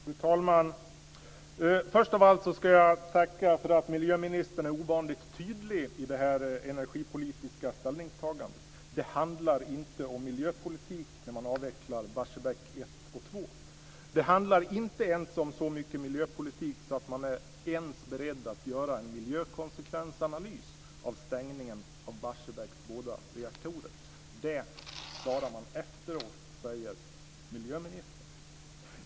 Fru talman! Först av allt ska jag tacka för att miljöministern är ovanligt tydlig i det här energipolitiska ställningstagandet. Det handlar inte om miljöpolitik när man avvecklar Barsebäck 1 och 2. Det handlar inte om så mycket miljöpolitik att man ens är beredd att göra en miljökonsekvensanalys av stängningen av Barsebäcks båda reaktorer. Det klarar man efteråt, säger miljöministern.